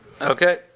okay